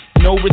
no